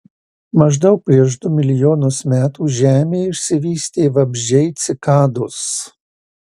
maždaug prieš du milijonus metų žemėje išsivystė vabzdžiai cikados